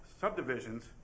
subdivisions